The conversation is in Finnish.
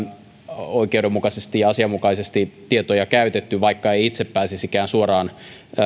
oikeudenmukaisesti ja asianmukaisesti tietoja käytetty vaikka ei itse pääsisikään suoraan niitä